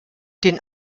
den